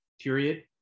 period